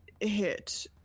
hit